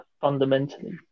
fundamentally